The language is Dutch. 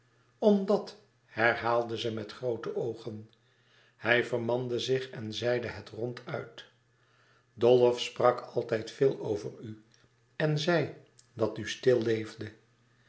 omdat herhaalde ze met groote oogen hij vermande zich en zeide het ronduit dolf sprak altijd veel over u en zei dat u stil leefde